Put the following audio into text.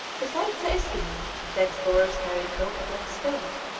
besides the eskimo the explorers carried home a black stone,